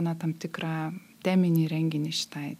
na tam tikrą teminį renginį šitai